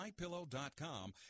MyPillow.com